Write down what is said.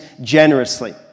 generously